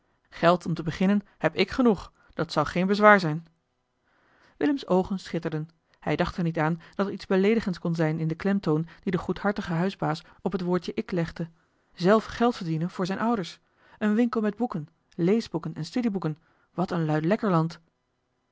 geld om te beginnen heb ik genoeg dat zou geen bezwaar zijn eli heimans willem roda willem's oogen schitterden hij dacht er niet aan dat er iets beleedigends kon zijn in den klemtoon dien de goedhartige huisbaas op het woordje ik legde zelf geld verdienen voor zijne ouders een winkel met boeken leesboeken en studieboeken wat een